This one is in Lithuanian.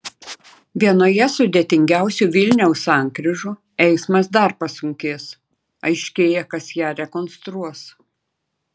vienoje sudėtingiausių vilniaus sankryžų eismas dar pasunkės aiškėja kas ją rekonstruos